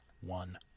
one